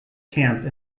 camp